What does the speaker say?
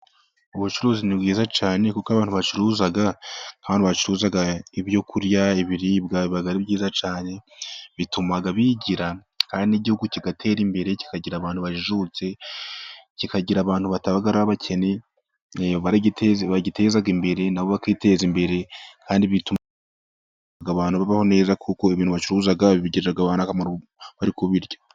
Ubucuruzi ni bwiza cyane kuko abantu bacuruza nk' abantu bacuruza ibyo kurya ibiribwa biba ari byiza cyane, bituma bigira kandi igihugu kigatera imbere kikagira abantu bajijutse, kikagira abantu bataba ari abakene bagiteza imbere na bo bakiteza imbere, kandi bituma abantu babaho neza kuko ibintu bacuruza, bigirira abantu akamaro bari kubirya.